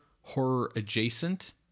horror-adjacent